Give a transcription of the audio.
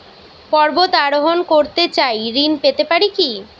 পর্বত আরোহণ করতে চাই ঋণ পেতে পারে কি?